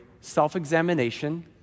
self-examination